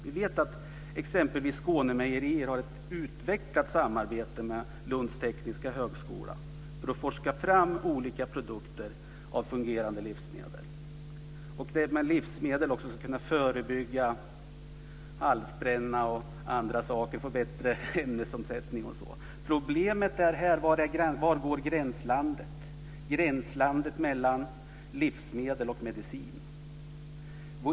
Vi vet att exempelvis Skånemejerier har ett utvecklat samarbete med Lunds tekniska högskola för att forska fram olika produkter av fungerande livsmedel. Det är livsmedel som också ska kunna förebygga halsbränna, ge bättre ämnesomsättning och andra saker. Problemet är var gränslandet mellan livsmedel och medicin är.